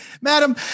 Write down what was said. Madam